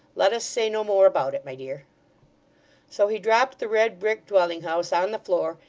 let us say no more about it, my dear so he dropped the red-brick dwelling-house on the floor,